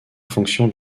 fonction